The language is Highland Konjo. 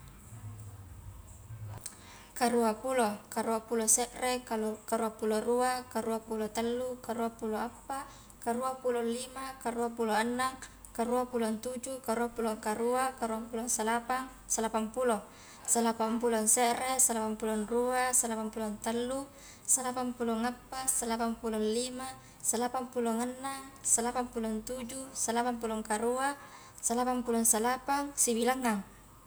Karua pulo, karua pulo sere, kalu karua pulo rua, karua pulo tallu, karua pulo appa, karua pulong lima, karua pulo annang, karua pulong tuju, karua pulo karua, karuang pulong salapang, salapang pulo, salapang pulong sere, salapang pulong rua, salapang pulong tallu, salapang pulong appa, salapang pulong lima, salapang pulong annang, salapang pulong tuju, salapang pulong karua, salapang pulong salapang, sibilangang.